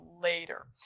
later